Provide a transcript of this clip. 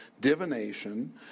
divination